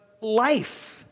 life